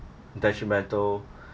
detrimental